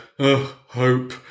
hope